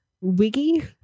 wiggy